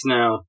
now